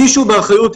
מישהו באחריות,